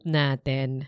natin